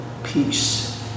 Peace